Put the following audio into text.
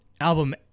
album